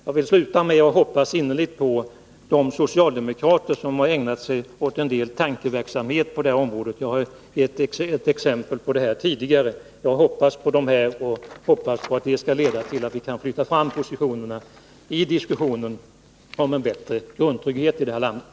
Jag vill sluta med att säga att jag innerligt hoppas på att de socialdemokrater som har ägnat sig åt en del tankeverksamhet på det här området skall låta den tankeverksamheten leda till att vi kan flytta fram positionerna i diskussionen om en bättre grundtrygghet i det här landet.